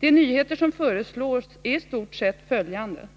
De nyheter som föreslås är i stort sett följande: